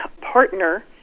partner